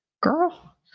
girl